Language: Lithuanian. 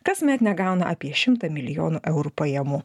kasmet negauna apie šimtą milijonų eurų pajamų